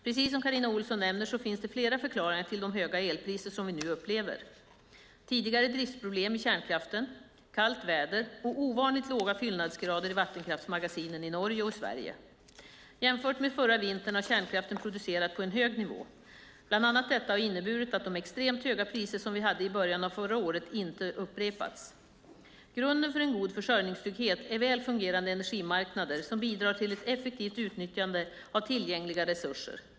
Precis som Carina Ohlsson nämner finns det flera förklaringar till de höga elpriser som vi nu upplever: tidigare driftproblem i kärnkraften, kallt väder och ovanligt låga fyllnadsgrader i vattenkraftsmagasinen i Norge och Sverige. Jämfört med förra vintern har kärnkraften producerat på en hög nivå. Bland annat detta har inneburit att de extremt höga priser som vi hade i början av förra året inte upprepats. Grunden för en god försörjningstrygghet är väl fungerande energimarknader som bidrar till ett effektivt utnyttjande av tillgängliga resurser.